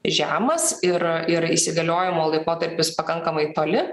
žemas ir ir įsigaliojimo laikotarpis pakankamai toli